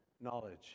knowledge